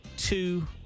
Two